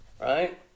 right